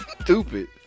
stupid